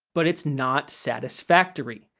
but it's not satisfactory.